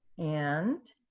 and